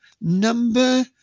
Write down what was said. Number